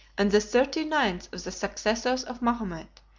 and the thirty-ninth of the successors of mahomet,